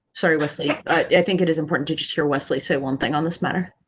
sorry wesley, i think it is important to just hear wesley say one thing on this matter.